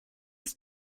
ist